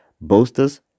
boasters